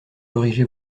corriger